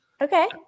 Okay